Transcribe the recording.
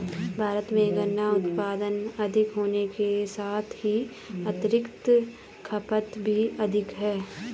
भारत में गन्ना उत्पादन अधिक होने के साथ ही आतंरिक खपत भी अधिक है